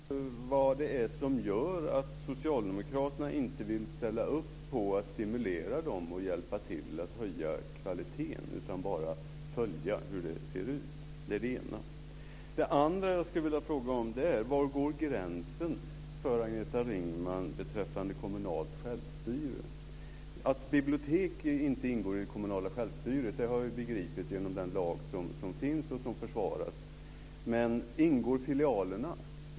Fru talman! Jag vill vända mig till Agneta Ringman och säga att de elektroniskt publicerade tidskrifterna fortfarande är i sin linda. De ser väldigt olika ut. Jag skulle vilja höra vad det är som gör att socialdemokraterna inte vill ställa upp på att stimulera dem och hjälpa till att höja kvaliteten på dem utan bara följa hur det ser ut. Det är det ena. Det andra jag skulle vilja fråga är: Var går gränsen för Agneta Ringman beträffande kommunalt självstyre? Att bibliotek inte ingår i det kommunala självstyret har jag ju begripit genom den lag som finns och som försvaras. Men ingår filialerna?